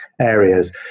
areas